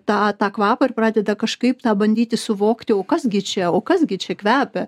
tą tą kvapą ir pradeda kažkaip bandyti suvoktio kas gi čia o kas gi čia kvepia